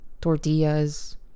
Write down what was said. tortillas